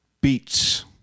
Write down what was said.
Beats